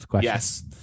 Yes